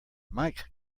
mike